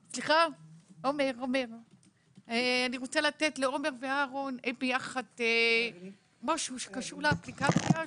ואני רוצה לתת לעומר ולאהרון לדבר על משהו שקשור לאפליקציה.